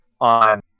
on